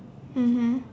mmhmm